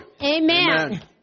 Amen